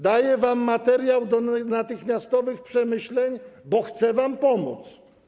Daję wam materiał do natychmiastowych przemyśleń, bo chcę wam pomóc.